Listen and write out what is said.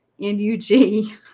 N-U-G